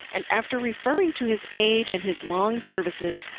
and after referring to his age and his long services,